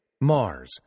Mars